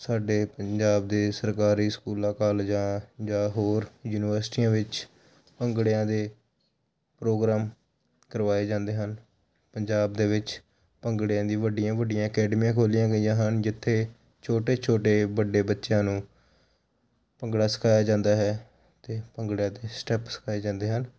ਸਾਡੇ ਪੰਜਾਬ ਦੇ ਸਰਕਾਰੀ ਸਕੂਲਾਂ ਕਾਲਜਾਂ ਜਾਂ ਹੋਰ ਯੂਨੀਵਰਸਿਟੀਆਂ ਵਿੱਚ ਭੰਗੜਿਆਂ ਦੇ ਪ੍ਰੋਗਰਾਮ ਕਰਵਾਏ ਜਾਂਦੇ ਹਨ ਪੰਜਾਬ ਦੇ ਵਿੱਚ ਭੰਗੜਿਆਂ ਦੀ ਵੱਡੀਆਂ ਵੱਡੀਆਂ ਅਕੈਡਮੀਆਂ ਖੋਲੀਆਂ ਗਈਆਂ ਹਨ ਜਿੱਥੇ ਛੋਟੇ ਛੋਟੇ ਵੱਡੇ ਬੱਚਿਆਂ ਨੂੰ ਭੰਗੜਾ ਸਿਖਾਇਆ ਜਾਂਦਾ ਹੈ ਅਤੇ ਭੰਗੜਾ ਦੇ ਸਟੈਪ ਸਿਖਾਏ ਜਾਂਦੇ ਹਨ